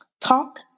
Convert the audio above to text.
talk